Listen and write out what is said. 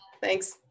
Thanks